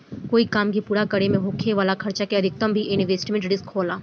कोई काम के पूरा करे में होखे वाला खर्चा के अधिकता भी इन्वेस्टमेंट रिस्क होला